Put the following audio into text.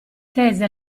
tese